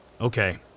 Okay